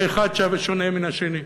שהאחד שונה מן השני,